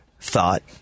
Thought